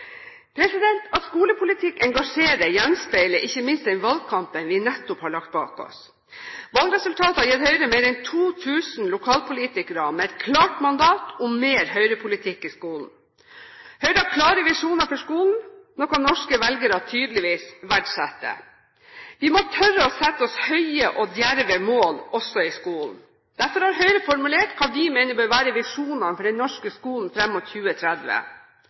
At skolepolitikk engasjerer, gjenspeiler ikke minst den valgkampen vi nettopp har lagt bak oss. Valgresultatet har gitt Høyre mer enn 2 000 lokalpolitikere med et klart mandat om mer Høyre-politikk i skolen. Høyre har klare visjoner for skolen, noe norske velgere tydeligvis verdsetter. Vi må tørre å sette oss høye og djerve mål også i skolen. Derfor har Høyre formulert hva vi mener bør være visjonene for den norske skolen fram mot 2030: